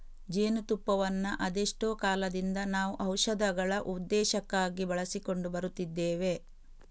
ಜೇನು ತುಪ್ಪವನ್ನ ಅದೆಷ್ಟೋ ಕಾಲದಿಂದ ನಾವು ಔಷಧಗಳ ಉದ್ದೇಶಕ್ಕಾಗಿ ಬಳಸಿಕೊಂಡು ಬರುತ್ತಿದ್ದೇವೆ